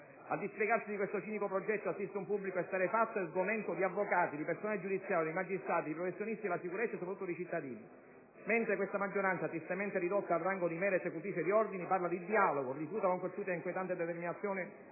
Al dispiegarsi di questo cinico progetto assiste un pubblico esterrefatto e sgomento di avvocati, di personale giudiziario, di magistrati, di professionisti della sicurezza e, soprattutto, di cittadini. Mentre questa maggioranza - tristemente ridotta al rango di mera esecutrice di ordini - parla di dialogo, rifiuta con cocciuta e inquietante determinazione